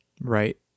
Right